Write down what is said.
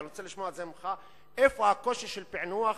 אבל רוצה לשמוע ממך: איפה הקושי של פענוח